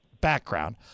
background